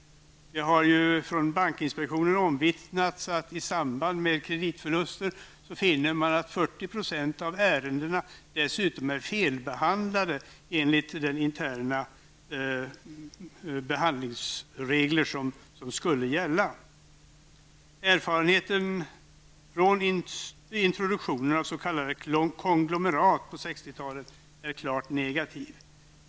Det har från bankinspektionen omvittnats om man i samband med kreditförluster funnit att 40 % av ärendena dessutom är felbehandlade med tanke på de interna regler som skulle gälla. Erfarenheterna från introduktionen av s.k. konglomerat på 60-talet är klart negativa.